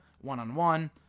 one-on-one